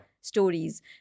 stories